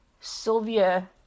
Sylvia